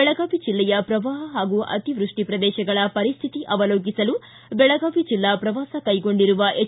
ಬೆಳಗಾವಿ ಜಿಲ್ಲೆಯ ಪ್ರವಾಪ ಹಾಗೂ ಅತಿವೃಷ್ಟಿ ಪ್ರದೇಶಗಳ ಪರಿಶ್ಠಿತಿ ಅವಲೋಕಿಸಲು ಬೆಳಗಾವಿ ಜಿಲ್ಲಾ ಪ್ರವಾಸ ಕೈಗೊಂಡಿರುವ ಎಚ್